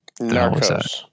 Narcos